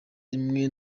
rimwe